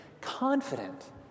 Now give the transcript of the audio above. confident